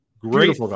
Great